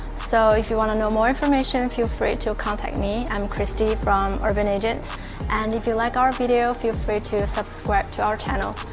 so if you want to know more information, feel free to contact me. i'm kristie from urban agents and if you like our video, feel free to subscribe to our channel!